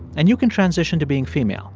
and you can transition to being female